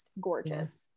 gorgeous